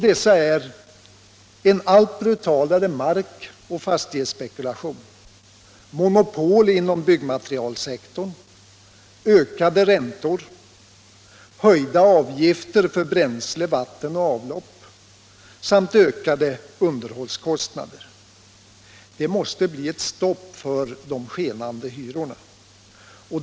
Dessa är en allt brutalare markoch fastighetsspekulation, monopol inom byggmaterialsektorn, ökade räntor, höjda avgifter för bränsle, vatten och avlopp samt ökade underhållskostnader. Det måste bli ett stopp för de skenande hyrorna.